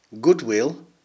goodwill